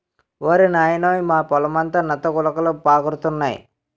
ఓరి నాయనోయ్ మా పొలమంతా నత్త గులకలు పాకురుతున్నాయి